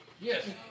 Yes